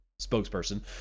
spokesperson